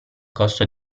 costo